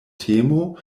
temo